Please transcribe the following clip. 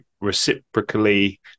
reciprocally